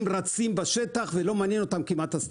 הם רצים בשטח והסטטוטוריקה כמעט ולא מעניינת אותם.